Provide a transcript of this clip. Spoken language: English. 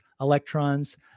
electrons